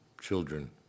children